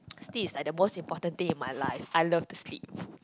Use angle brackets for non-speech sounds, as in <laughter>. <noise> sleep is like the most important thing in my life I love to sleep <breath>